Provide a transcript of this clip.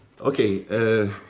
Okay